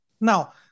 now